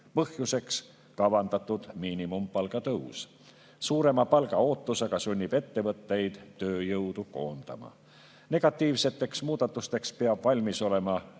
põhjuseks kavandatud miinimumpalga tõus. Suurema palga ootus aga sunnib ettevõtteid tööjõudu koondama. Negatiivseteks muudatusteks peab valmis olema